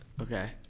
Okay